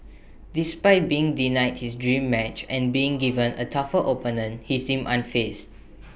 despite being denied his dream match and being given A tougher opponent he seems unfazed